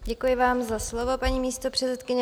Děkuji vám za slovo, paní místopředsedkyně.